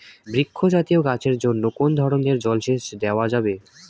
বৃক্ষ জাতীয় গাছের জন্য কোন ধরণের জল সেচ দেওয়া যাবে?